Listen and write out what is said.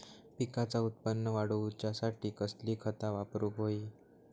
पिकाचा उत्पन वाढवूच्यासाठी कसली खता वापरूक होई?